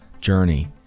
journey